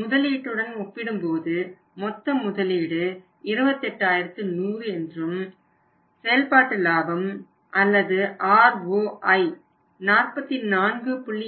முதலீட்டுடன் ஒப்பிடும்போது மொத்த முதலீடு 28100 என்றும் செயல்பாட்டு லாபம் அல்லது ROI 44